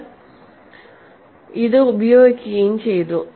അവർ ഇത് ഉപയോഗിക്കുകയും ചെയ്തു